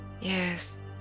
Yes